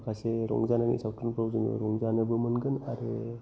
माखासे रंजानायनि सावथुनफ्राव जोङो रंजानोबो मोनगोन आरो